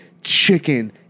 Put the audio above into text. chicken